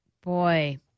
Boy